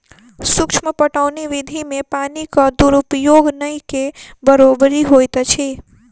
सूक्ष्म पटौनी विधि मे पानिक दुरूपयोग नै के बरोबरि होइत अछि